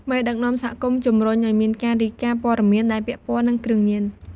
មេដឹកនាំសហគមន៍ជំរុញឱ្យមានការរាយការណ៍ព័ត៌មាន ដែលពាក់ព័ន្ធនិងគ្រឿងញៀន។